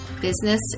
business